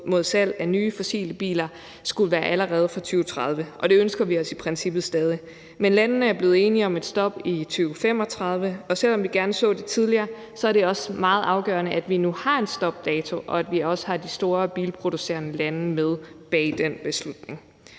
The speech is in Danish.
mod salg af nye fossile biler skulle være allerede fra 2030, og det ønsker vi os i princippet stadig. Men landene er blevet enige om et stop i 2035, og selv om vi gerne så det tidligere, er det også meget afgørende, at vi nu har en stopdato, og at vi også har de store bilproducerende lande med i den beslutning.